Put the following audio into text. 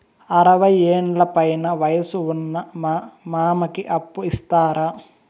అరవయ్యేండ్ల పైన వయసు ఉన్న మా మామకి అప్పు ఇస్తారా